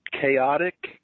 chaotic